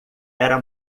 era